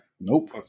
Nope